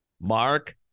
Mark